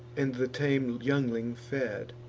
and the tame youngling fed.